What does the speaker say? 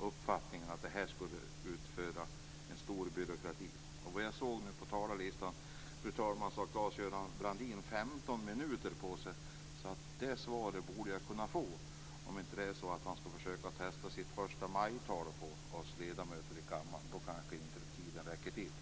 uppfattningen att tidsbegränsade tillstånd skulle medföra en stor byråkrati. Av talarlistan framgår att Claes-Göran Brandin har 15 minuter till sitt förfogande. Således borde jag kunna få ett svar. Men kanske tänker han försöka testa sitt förstamajtal på oss ledamöter i kammaren. Då räcker måhända tiden inte till.